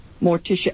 Morticia